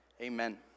Amen